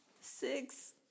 Six